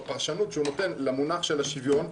בפרשנות שהוא נותן למונח השוויון,